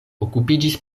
okupiĝis